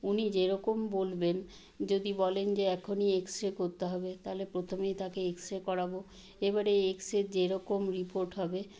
উনি যেরকম বলবেন যদি বলেন যে এখনই এক্সরে করতে হবে তাহলে প্রথমেই তাকে এক্সরে করাব এবারে এক্সরে যেরকম রিপোর্ট হবে